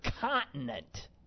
continent